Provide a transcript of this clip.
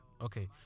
Okay